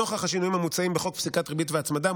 נוכח השינויים המוצעים בחוק פסיקת ריבית והצמדה,